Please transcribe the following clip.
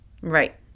right